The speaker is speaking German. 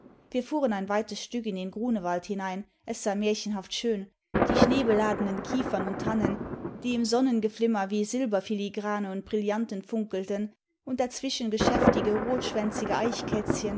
wir fuhren ein weites stück in den grunewald hinein es war märchenhaft schön die schneebeladenen kiefern und tannen die im sonnengeflimmer wie silberfiligrane mit brillanten funkelten und dazwischen geschäftige rotschwänzige